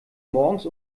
morgens